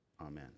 amen